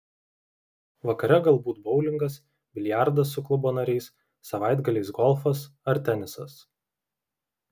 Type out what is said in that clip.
vakare galbūt boulingas biliardas su klubo nariais savaitgaliais golfas ar tenisas